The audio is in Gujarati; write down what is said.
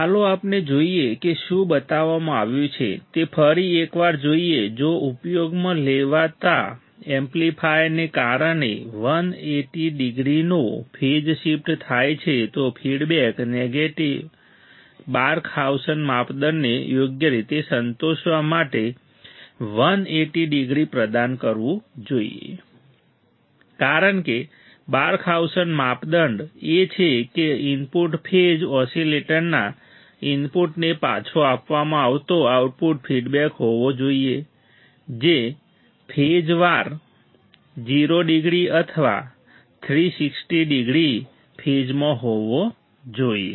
ચાલો આપણે જોઈએ કે શું બતાવવામાં આવ્યું છે તે ફરી એક વાર જોઈએ જો ઉપયોગમાં લેવાતા એમ્પ્લિફાયરને કારણે 180 ડિગ્રીનો ફેઝ શિફ્ટ થાય છે તો ફીડબેક નેટવર્કે બાર્કહાઉસન માપદંડને યોગ્ય રીતે સંતોષવા માટે 180 ડિગ્રી પ્રદાન કરવું જોઈએ કારણ કે બાર્કહાઉસન માપદંડ એ છે કે ઇનપુટ ફેઝ ઓસિલેટરના ઇનપુટને પાછો આપવામાં આવતો આઉટપુટ ફીડબેક હોવો જોઈએ જે ફેઝવાર 0 ડિગ્રી અથવા 360 ડિગ્રી ફેઝમાં હોવો જોઈએ